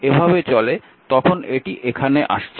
তারপর যখন এভাবে চলে তখন এটি এখানে আসছে